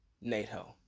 NATO